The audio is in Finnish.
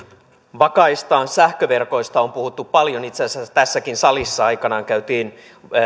vakaista sähköverkoista on puhuttu paljon itse asiassa tässäkin salissa aikanaan käytiin